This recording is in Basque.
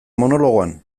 monologoan